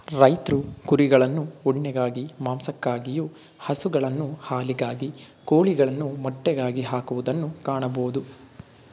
ರೈತ್ರು ಕುರಿಗಳನ್ನು ಉಣ್ಣೆಗಾಗಿ, ಮಾಂಸಕ್ಕಾಗಿಯು, ಹಸುಗಳನ್ನು ಹಾಲಿಗಾಗಿ, ಕೋಳಿಗಳನ್ನು ಮೊಟ್ಟೆಗಾಗಿ ಹಾಕುವುದನ್ನು ಕಾಣಬೋದು